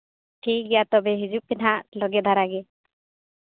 ᱴᱷᱤᱠᱜᱮᱭᱟ ᱛᱚᱵᱮ ᱦᱤᱡᱩᱜ ᱯᱮ ᱱᱟᱦᱟᱜ ᱞᱟᱜᱮ ᱫᱷᱟᱨᱟ ᱜᱮ